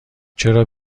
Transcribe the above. چرا